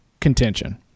contention